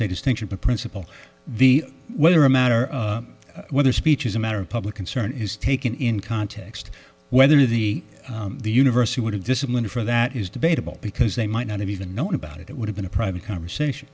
a distinction of principle the whether a matter of whether speech is a matter of public concern is taken in context whether the the university would have disciplined for that is debatable because they might not have even known about it it would have been a private conversation